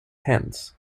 hands